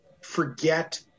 forget